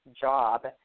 job